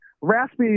raspy